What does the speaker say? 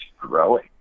growing